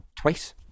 Twice